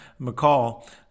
McCall